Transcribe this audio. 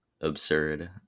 absurd